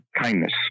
kindness